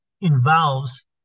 involves